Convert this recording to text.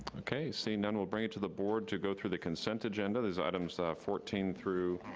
okay, seeing none we'll bring it to the board to go through the consent agenda, these items ah fourteen through,